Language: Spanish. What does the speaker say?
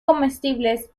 comestibles